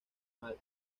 mal